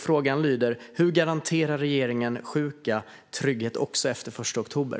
Frågan lyder: Hur garanterar regeringen sjuka trygghet också efter den 31 oktober?